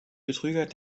betrüger